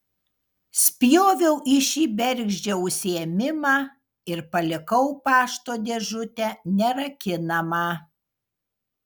spjoviau į šį bergždžią užsiėmimą ir palikau pašto dėžutę nerakinamą